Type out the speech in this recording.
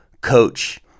coach